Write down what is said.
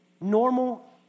normal